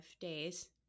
days